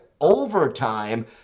overtime